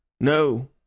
No